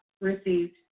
received